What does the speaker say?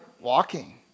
Walking